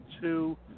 two